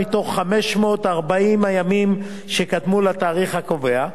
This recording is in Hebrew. מתוך 540 הימים שקדמו לתאריך הקובע,